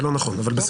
זה לא נכון, אבל בסדר.